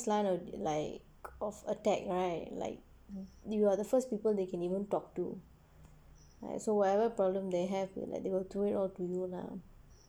side or like of attack right like you are the first people they can even talk to like so whatever problem they have will like they will do it all to you lah